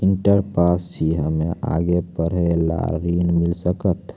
Inter pass छी हम्मे आगे पढ़े ला ऋण मिल सकत?